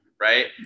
right